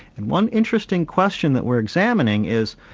and one interesting question that we're examining is,